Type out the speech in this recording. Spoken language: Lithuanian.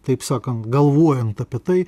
taip sakant galvojant apie tai